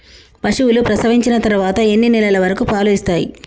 పశువులు ప్రసవించిన తర్వాత ఎన్ని నెలల వరకు పాలు ఇస్తాయి?